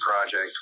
Project